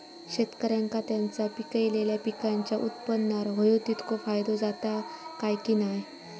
शेतकऱ्यांका त्यांचा पिकयलेल्या पीकांच्या उत्पन्नार होयो तितको फायदो जाता काय की नाय?